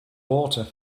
water